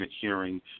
hearing